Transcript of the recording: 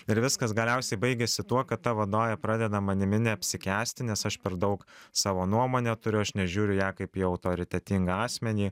ir viskas galiausiai baigiasi tuo kad ta vadovė pradeda manimi neapsikęsti nes aš per daug savo nuomonę turiu aš nežiūriu į ją kaip į autoritetingą asmenį